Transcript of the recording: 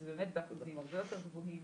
זה באמת באחוזים הרבה יותר גבוהים